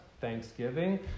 thanksgiving